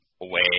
away